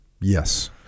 Yes